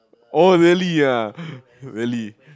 oh really ah really